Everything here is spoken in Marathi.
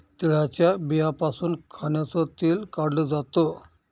तिळाच्या बियांपासून खाण्याचं तेल काढल जात